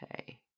Okay